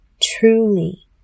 Truly